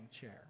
chair